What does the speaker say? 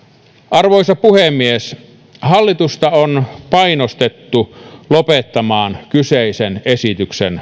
arvoisa puhemies hallitusta on painostettu lopettamaan kyseisen esityksen